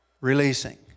releasing